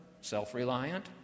self-reliant